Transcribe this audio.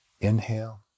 Inhale